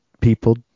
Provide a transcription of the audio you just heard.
people